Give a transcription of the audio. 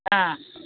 ஆ